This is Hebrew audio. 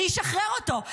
אני אשחרר אותו.